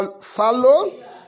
follow